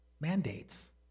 mandates